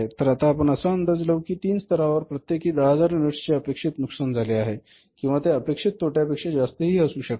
तर आता आपण असा अंदाज लावू कि तीन हि स्तरावर प्रत्येकी 10000 युनिट्सचे अपेक्षित नुकसान झाले आहे किंवा ते अपेक्षित तोट्यापेक्षा जास्त ही असू शकते